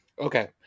Okay